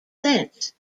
since